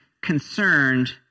concerned